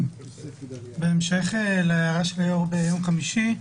בהמשך להערה של היושב-ראש ביום חמישי,